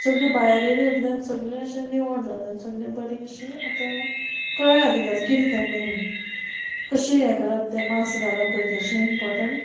सगलीं भायर येयलीं तितूंतल्यान सगलें अशें निवळ जालें सगलें बरीं अशें आतां कळ्ळां तांकां कितें तें मेन कशें हें करप तें मास्क घालप गरजेचें इम्पोर्टंट